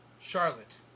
Charlotte